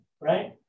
right